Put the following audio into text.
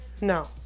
No